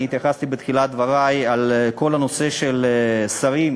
אני התייחסתי בתחילת דברי לכל הנושא של שרים